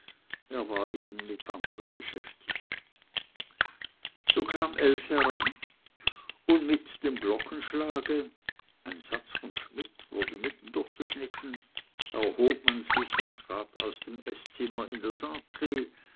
er war eben mit anderem beschäftigt so kam elf heran und mit dem glockenschlage ein satz von schmidt wurde mitten durchgeschnitten erhob man sich und trat aus dem eßzimmer in das